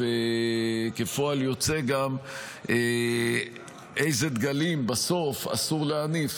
וכפועל יוצא גם אילו דגלים בסוף אסור להניף,